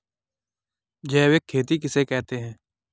जैविक खेती किसे कहते हैं?